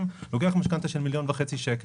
לוקח משכנתא של 1.5 מיליון שקל,